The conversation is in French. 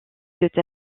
presque